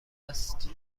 است